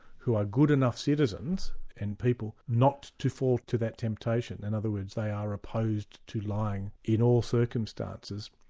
who are good enough citizens, and people not to fall to that temptation, in and other words they are opposed to lying in all circumstances,